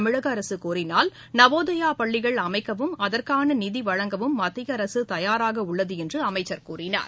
தமிழக அரசு கோரினால் நவோதயா பள்ளிகள் அமைக்கவும் அதற்கான நிதி வழங்கவும் மத்திய அரசு தயாராக உள்ளது என்று அமைச்சர் கூறினார்